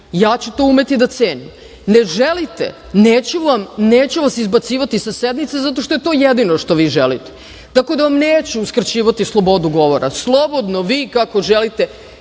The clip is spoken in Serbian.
ja ću to umeti da cenim. Ne želite, neću vas izbacivati sa sednice zato što je to jedino što vi želite. Tako da vam neću uskraćivati slobodu govora. Slobodno vi kako želite.